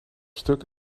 stuk